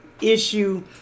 issue